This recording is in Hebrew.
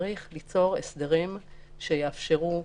צריך ליצור הסדרים שיאפשרו,